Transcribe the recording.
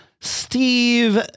Steve